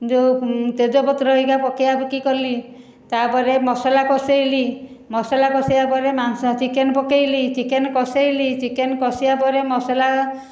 ଯେଉଁ ତେଜପତ୍ର ହାରିକା ପକାପକି କଲି ତାପରେ ମସଲା କସେଇଲି ମସଲା କସେଇଲା ପରେ ମାଂସ ଚିକେନ ପକେଇଲି ଚିକେନ କସେଇଲି ଚିକେନ କସେଇଲା ପରେ ମସଲା